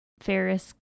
Ferris